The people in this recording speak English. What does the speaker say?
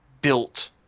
built